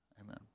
amen